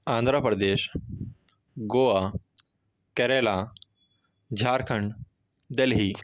Andhra Pradesh Goa Kerala Jharkhand Delhi